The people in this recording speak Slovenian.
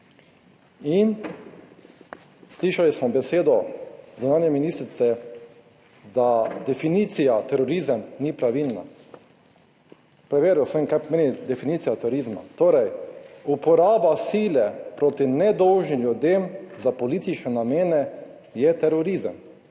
In slišali smo besedo zunanje ministrice, da definicija terorizem ni pravilna. Preveril sem kaj pomeni definicija turizma, torej uporaba sile proti nedolžnim ljudem za politične namene je terorizem.